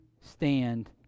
stand